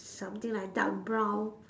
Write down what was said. something like dark brown